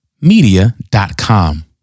media.com